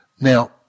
Now